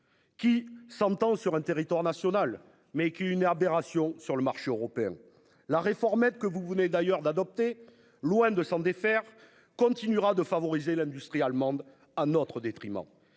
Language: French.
Qui s'entendent sur un territoire national mais qui une RB ration sur le marché européen la réformette que vous venez d'ailleurs d'adopter. Loin de s'en défaire continuera de favoriser l'industrie allemande à notre détriment.